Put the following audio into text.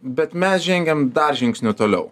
bet mes žengiam dar žingsniu toliau